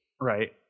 Right